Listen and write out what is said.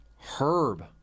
Herb